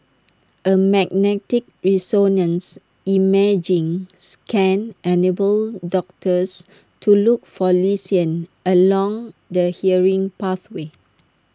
A magnetic resonance imaging scan enables doctors to look for lesions along the hearing pathway